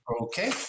Okay